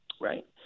right